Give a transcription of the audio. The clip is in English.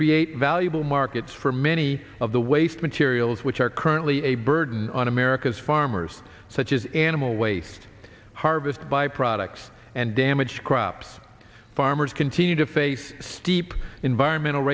create valuable markets for many of the waste materials which are currently a burden on america's farmers such as animal waste harvest by products and damage crops farmers continue to face steep environmental